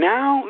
Now